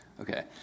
okay